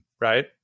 Right